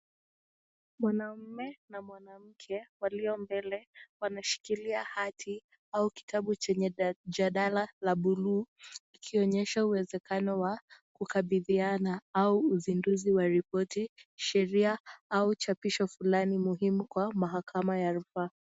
Mwanaume na mwanamke waliombele wameshikilia hati au kitabu chenye jadala la buluu ikionyesha uwezekano wa kukabidhiana au uzinduzi wa ripoti sheria au uchapisho fulani muhimu kwa mahakama ya rufaa.